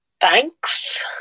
Thanks